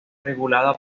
regulada